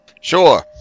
Sure